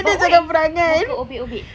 but what is muka obek-obek